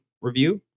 review